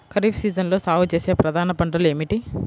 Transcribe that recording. ఖరీఫ్ సీజన్లో సాగుచేసే ప్రధాన పంటలు ఏమిటీ?